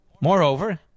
Moreover